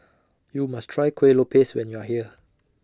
YOU must Try Kueh Lopes when YOU Are here